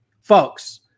folks